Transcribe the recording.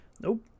Nope